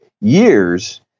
years